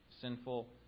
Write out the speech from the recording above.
Sinful